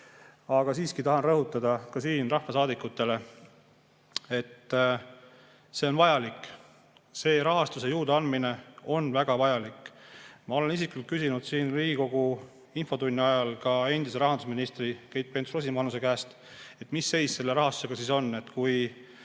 Aga ka mina tahan rõhutada rahvasaadikutele, et see on vajalik. Selle raha juurdeandmine on väga vajalik. Ma olen isiklikult küsinud Riigikogu infotunni ajal ka endise rahandusministri Keit Pentus-Rosimannuse käest, mis seis selle rahastusega siis on.